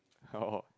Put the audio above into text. oh